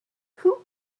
who